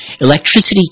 Electricity